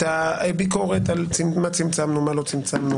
את הביקורת על מה צמצמנו ומה לא צמצמנו,